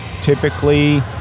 typically